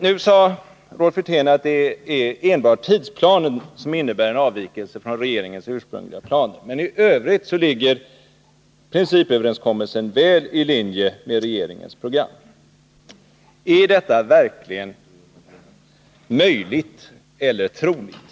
Nu sade Rolf Wirtén att det är enbart tidsplanen som innebär en avvikelse från regeringens ursprungliga planer, medan principöverenskommelsen i Övrigt ligger väl i linje med regeringsprogrammet. Är detta verkligen möjligt eller troligt?